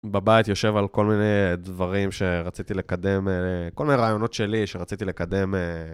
בבית יושב על כל מיני דברים שרציתי לקדם, כל מיני רעיונות שלי שרציתי לקדם.